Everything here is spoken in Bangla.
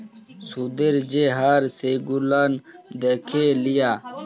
সুদের যে হার সেগুলান দ্যাখে লিয়া